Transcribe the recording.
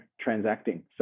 transacting